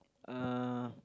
uh